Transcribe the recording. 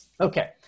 Okay